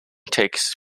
takes